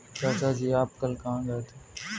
चाचा जी आप कल कहां गए थे?